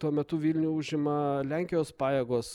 tuo metu vilnių užima lenkijos pajėgos